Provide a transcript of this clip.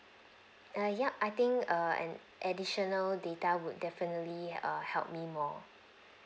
err yup I think err an additional data would definitely err help me more